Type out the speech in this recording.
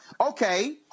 okay